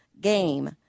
game